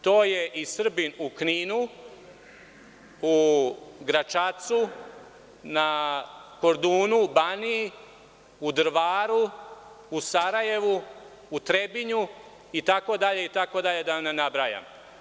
To je i Srbin u Kninu, u Gračacu, na Kordunu, Baniji, u Drvaru, u Sarajevu, u Trebinju itd, da ne nabrajam.